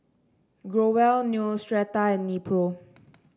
Growell Neostrata and Nepro